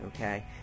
okay